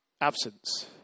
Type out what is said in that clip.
Absence